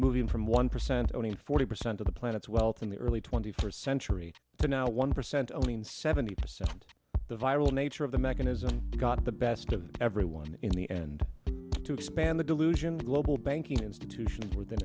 moving from one percent owning forty percent planet's wealth in the early twenty first century to now one percent i mean seventy percent the viral nature of the mechanism got the best of everyone in the end to expand the delusion global banking institution